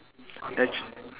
actua~